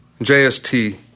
JST